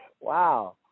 Wow